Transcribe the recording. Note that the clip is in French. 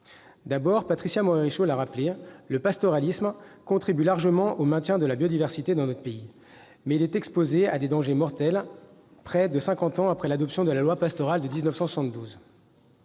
D'abord, Patricia Morhet-Richaud l'a rappelé, si le pastoralisme contribue largement au maintien de la biodiversité dans notre pays, il est exposé à des dangers mortels, près de cinquante ans après l'adoption de la loi pastorale de 1972.